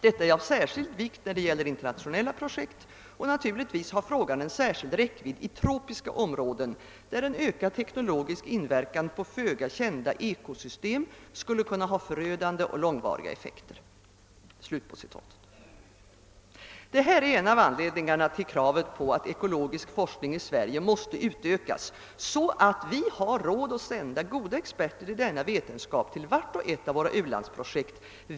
Detta är av särskild vikt när det gäller internationella projekt, och naturligtvis har frågan en särskild räckvidd i tropiska områden, där en ökad teknologisk inverkan på föga kända eko-system skulle kunna ha förödande och långvariga effekter.» Det här är en av anledningarna till kravet på att ekologisk forskning i Sverige måste utvidgas, så att vi får råd att sända goda experter inom denna vetenskap till vart och ett av våra u-landsprojekt.